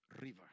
River